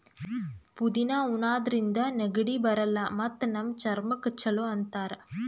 ಪುದಿನಾ ಉಣಾದ್ರಿನ್ದ ನೆಗಡಿ ಬರಲ್ಲ್ ಮತ್ತ್ ನಮ್ ಚರ್ಮಕ್ಕ್ ಛಲೋ ಅಂತಾರ್